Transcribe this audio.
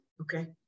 Okay